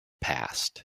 past